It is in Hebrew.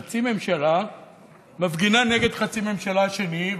חצי ממשלה מפגינה נגד חצי הממשלה השני,